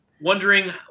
wondering